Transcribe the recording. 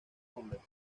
convexo